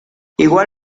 igual